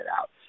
out